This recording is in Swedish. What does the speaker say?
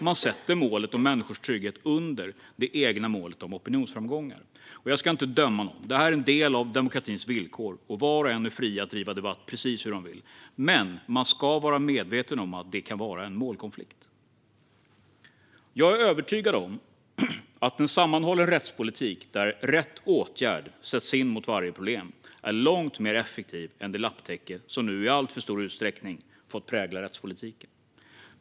Man sätter målet om människors trygghet under det egna målet om opinionsframgångar. Jag ska inte döma någon. Det här är en del av demokratins villkor, och var och en är fri att driva debatt precis hur man vill. Men man ska vara medveten om att det kan vara en målkonflikt. Jag är övertygad om att en sammanhållen rättspolitik där rätt åtgärd sätts in mot varje problem är långt mer effektiv än det lapptäcke som nu i alltför stor utsträckning fått prägla rättspolitiken.